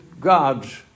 God's